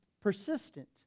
persistent